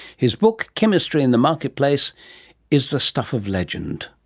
his book chemistry in the marketplace is the stuff of legend.